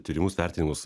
tyrimus vertinimus